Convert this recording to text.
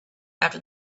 after